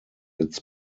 its